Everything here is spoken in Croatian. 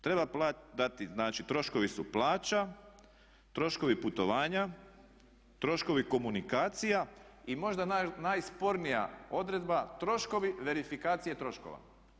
Treba dati, znači troškovi su plaća, troškovi putovanja, troškovi komunikacija i možda najspornija odredba troškovi verifikacije troškova.